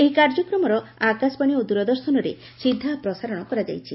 ଏହି କାର୍ଯ୍ୟକ୍ମର ଆକାଶବାଣୀ ଓ ଦ୍ରଦର୍ଶନରେ ସିଧା ପ୍ରସାରଣ ହୋଇଛି